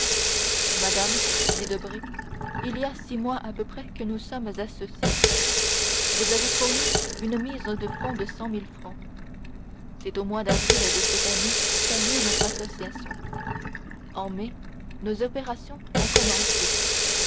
madame dit debray il y a six mois à peu près que nous sommes associés vous avez fourni une mise de fonds de cent mille francs c'est au mois d'avril de cette année qu'a eu lieu notre association en mai nos opérations ont commencé